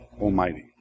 Almighty